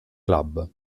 club